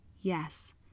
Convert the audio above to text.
yes